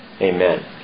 Amen